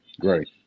Great